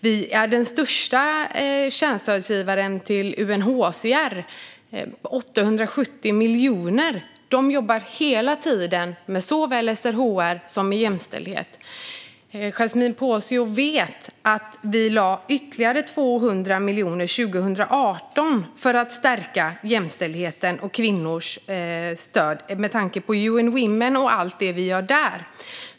Vi är den största kärnstödsgivaren till UNHCR med våra 870 miljoner. De jobbar hela tiden med såväl SRHR som jämställdhet. Yasmine Posio vet att vi 2018 lade ytterligare 200 miljoner för att stärka jämställdheten och stödet till kvinnor, med tanke på UN Women och allt vi gör där.